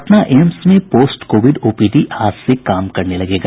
Patna AIIMS में post covid OPD आज से काम करने लगेगा